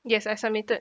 yes I submitted